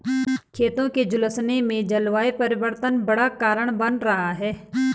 खेतों के झुलसने में जलवायु परिवर्तन बड़ा कारण बन रहा है